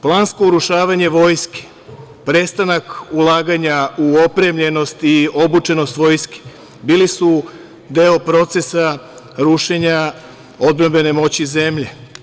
Plansko urušavanje vojske, prestanak ulaganja u opremljenost i obučenost vojske, bili su deo procesa rušenja odbrambene moći zemlje.